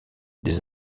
des